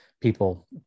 people